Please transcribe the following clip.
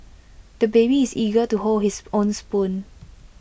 the baby is eager to hold his own spoon